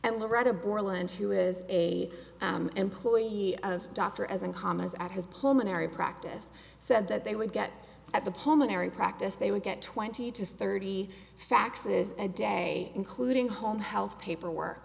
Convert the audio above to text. and loretta borland who is a employee of dr as and commas at his pulmonary practice said that they would get at the palminteri practice they would get twenty to thirty faxes a day including home health paperwork